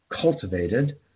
cultivated